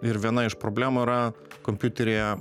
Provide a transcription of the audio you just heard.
ir viena iš problemų yra kompiuteryje